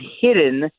hidden